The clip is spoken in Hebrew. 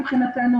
מבחינתנו,